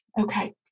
Okay